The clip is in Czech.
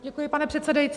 Děkuji, pane předsedající.